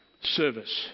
Service